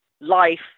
life